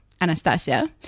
Anastasia